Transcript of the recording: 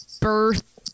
birth